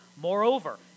Moreover